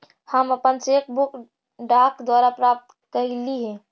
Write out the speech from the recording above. हम अपन cheque book डाक द्वारा प्राप्त कईली हे